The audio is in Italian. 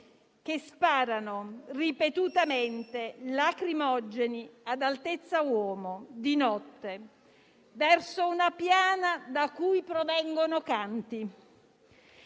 sparare ripetutamente lacrimogeni ad altezza uomo, di notte, verso una piana da cui provengono canti.